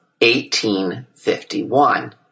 1851